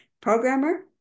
Programmer